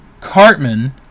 Cartman